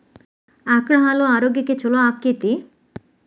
ಆಕಳ ಹಾಲು ಆರೋಗ್ಯಕ್ಕೆ ಛಲೋ ಆಕ್ಕೆತಿ?